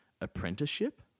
apprenticeship